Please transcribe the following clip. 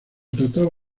trataba